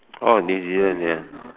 orh New Zealand ya